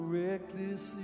reckless